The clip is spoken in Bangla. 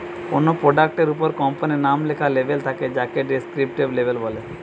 কোনো প্রোডাক্ট এর উপর কোম্পানির নাম লেখা লেবেল থাকে তাকে ডেস্ক্রিপটিভ লেবেল বলে